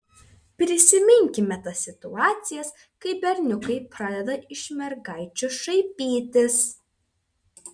prisiminkime tas situacijas kai berniukai pradeda iš mergaičių šaipytis